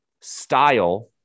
style